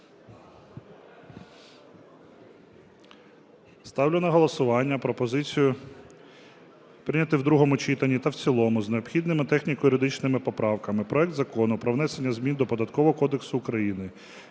Ставлю на голосування пропозицію прийняти в другому читанні та в цілому з необхідними техніко-юридичними поправками проект Закону про внесення змін до